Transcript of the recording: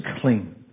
clean